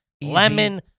Lemon